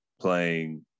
playing